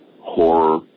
horror